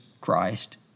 Christ